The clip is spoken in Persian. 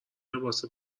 لباس